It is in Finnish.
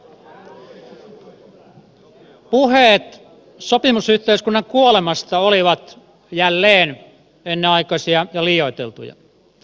puheet sopimusyhteiskunnan kuolemasta olivat jälleen ennenaikaisia ja liioiteltuja